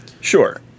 Sure